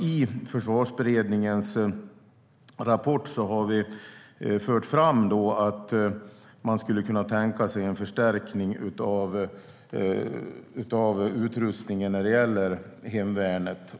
I Försvarsberedningens rapport har vi fört fram att man skulle kunna tänka sig en förstärkning av utrustningen när det gäller hemvärnet.